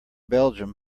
belgium